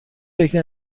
فکر